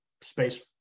space